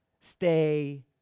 stay